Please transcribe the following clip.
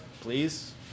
please